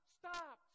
stop